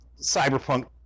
cyberpunk